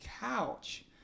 couch